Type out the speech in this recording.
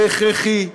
זה הכרחי,